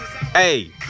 hey